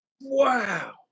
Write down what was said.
Wow